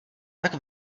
tak